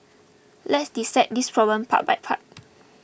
let's dissect this problem part by part